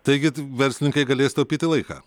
taigi verslininkai galės taupyti laiką